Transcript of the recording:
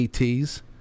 AT's